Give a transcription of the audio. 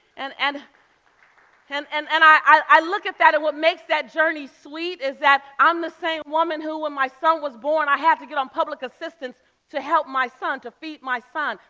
and and and and and i look at that, and what makes that journey sweet is that i'm the same woman who when my son was born, i had to get on public assistance to help my son, to feed my son.